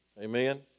amen